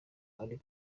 ari